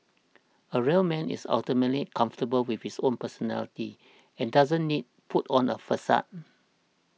a real man is ultimately comfortable with his own personality and doesn't need put on a facade